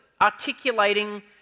articulating